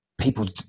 people